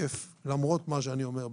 למרות מה שאני אומר,